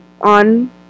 on